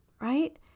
Right